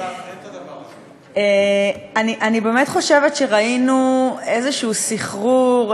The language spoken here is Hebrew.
אני באמת חושבת שראינו איזשהו סחרור,